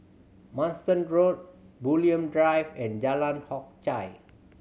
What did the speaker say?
Manston Road Bulim Drive and Jalan Hock Chye